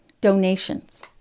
donations